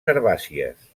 herbàcies